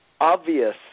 obvious